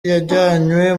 yajyanywe